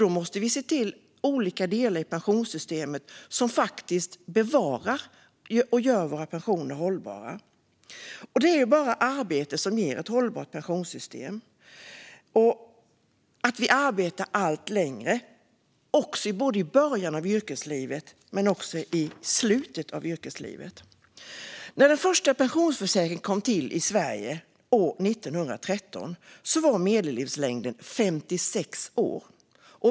Då måste vi se till olika delar i pensionssystemet som faktiskt bevarar och gör våra pensioner hållbara. Det är bara arbete som ger ett hållbart pensionssystem och att vi arbetar allt längre, både i början och i slutet av yrkeslivet. När den första pensionsförsäkringen kom till i Sverige, år 1913, var medellivslängden 56 år.